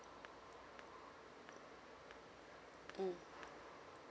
mm